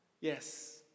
yes